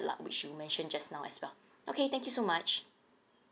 lah which you mentioned just now as well okay thank you so much